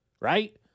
Right